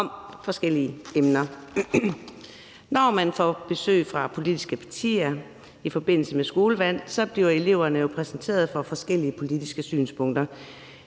om forskellige emner. Når elever får besøg fra politiske partier i forbindelse med skolevalget, bliver eleverne jo præsenteret for forskellige politiske synspunkter.